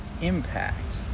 impact